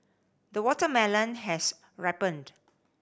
the watermelon has ripened